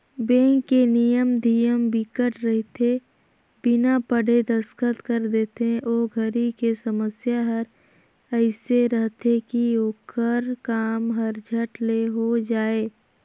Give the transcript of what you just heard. bank के नियम धियम बिकट रहिथे बिना पढ़े दस्खत कर देथे ओ घरी के समय हर एइसे रहथे की ओखर काम हर झट ले हो जाये